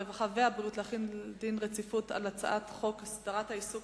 הרווחה והבריאות על רצונה להחיל דין רציפות על הצעת חוק הסדרת העיסוק